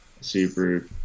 super